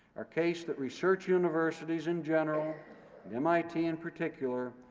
our case that research universities in general, and mit in particular,